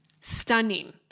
stunning